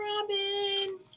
Robin